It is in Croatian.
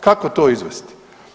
Kako to izvesti?